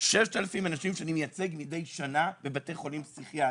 כ-6,000 אנשים שאני מייצג מדי שנה בבתי חולים פסיכיאטריים.